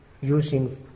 using